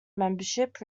membership